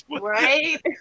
Right